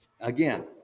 again